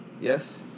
Yes